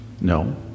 No